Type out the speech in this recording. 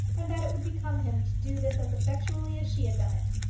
and that it would become him to do this as effectually as she had done it.